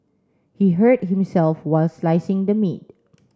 he hurt himself while slicing the meat